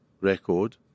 record